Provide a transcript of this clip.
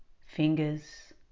fingers